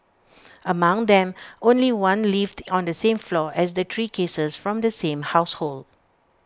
among them only one lived on the same floor as the three cases from the same household